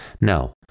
No